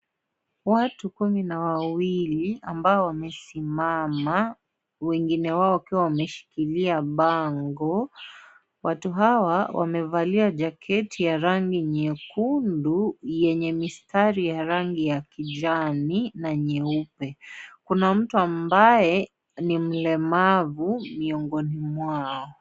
Watu kumi na wawili ambao wamesimama , wengine wao wakiwa wameshikilia bango . Watu hawa wamevalia jaketi ya rangi nyekundu yenye mistari ya rangi ya kijani na nyeupe . Kuna mtu ambaye ni mlemavu miongoni mwao.